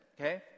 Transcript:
okay